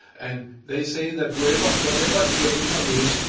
and they say that whatever whatever your income is,